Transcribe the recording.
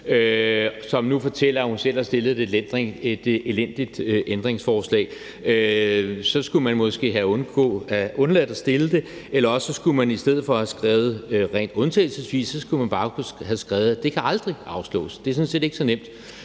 som nu selv siger, at hun har stillet et elendigt ændringsforslag. Så skulle man måske have undladt at stille det, eller også skulle man i stedet for rent undtagelsesvis bare have skrevet, at det aldrig kan afslås – det er sådan set ikke så svært.